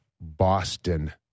Boston